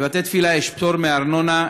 לבתי-תפילה יש פטור מארנונה,